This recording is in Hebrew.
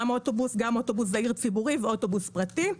גם אוטובוס וגם אוטובוס זעיר ציבורי ואוטובוס פרטי.